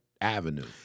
avenue